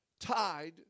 tied